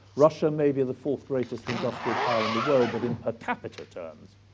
russia may be the fourth greatest industrial power in the world, but in per capita terms,